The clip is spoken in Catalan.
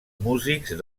músics